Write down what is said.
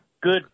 Good